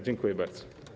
Dziękuję bardzo.